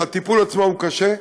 כשהטיפול עצמו הוא קשה,